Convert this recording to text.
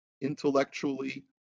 intellectually